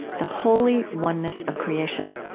the holy oneness of creation